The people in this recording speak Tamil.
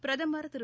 பிரதமர் திரு